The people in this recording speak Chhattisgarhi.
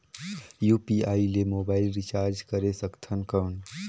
यू.पी.आई ले मोबाइल रिचार्ज करे सकथन कौन?